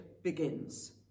Begins